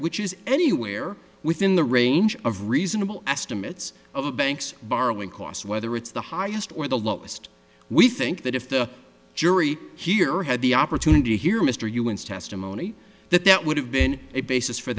which is anywhere within the range of reasonable estimates of a bank's borrowing costs whether it's the highest or the lowest we think that if the jury here had the opportunity here mr humans testimony that that would have been a basis for